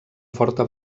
forta